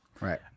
Right